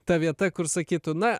ta vieta kur sakytų na